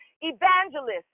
evangelists